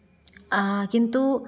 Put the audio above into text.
किन्तु